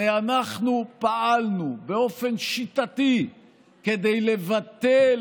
הרי אנחנו פעלנו באופן שיטתי כדי לבטל